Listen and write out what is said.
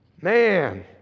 man